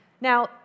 Now